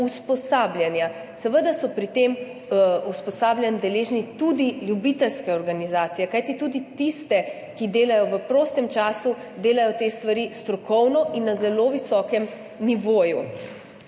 usposabljanja. Seveda so pri tem usposabljanj deležne tudi ljubiteljske organizacije. Kajti, tudi tiste, ki delajo v prostem času, delajo te stvari strokovno in na zelo visokem nivoju.